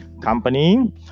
company